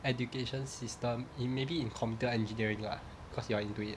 education system in maybe in computer engineering lah cause you are into it